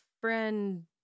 friend